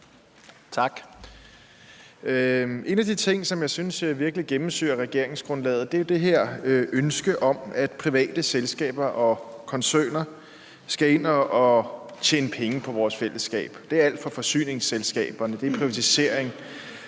Tak. En af de ting, som jeg synes virkelig gennemsyrer regeringsgrundlaget, er det her ønske om, at private selskaber og koncerner skal ind og tjene penge på vores fællesskab; det er forsyningsselskaberne og privatiseringer.